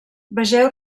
vegeu